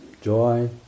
joy